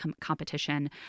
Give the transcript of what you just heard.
competition